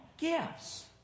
Gifts